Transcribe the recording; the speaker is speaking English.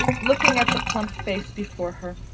looking at the plump face before her,